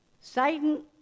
Satan